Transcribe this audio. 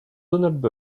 donald